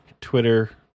Twitter